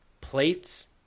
plates